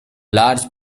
large